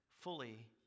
fully